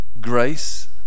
grace